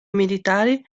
militari